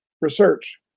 research